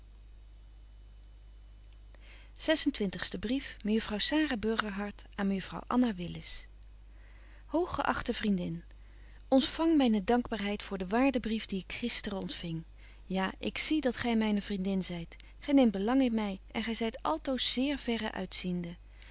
mejuffrouw sara burgerhart aan mejuffrouw anna willis hooggeachte vriendin ontfang myne dankbaarheid voor den waarden brief dien ik gisteren ontfing ja ik zie dat gy myne vriendin zyt gy neemt belang in my en gy zyt altoos zeer verre